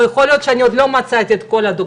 ויכול להיות שאני לא מצאתי את הדוגמאות,